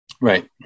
Right